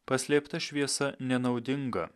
paslėpta šviesa nenaudinga